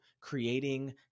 creating